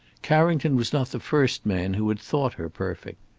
carrington was not the first man who had thought her perfect.